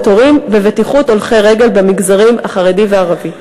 ההורים בבטיחות הולכי הרגל במגזר החרדי ובמגזר הערבי.